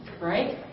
Right